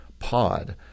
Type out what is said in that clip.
Pod